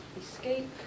escape